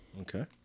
Okay